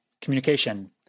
communication